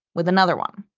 with another one.